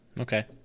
Okay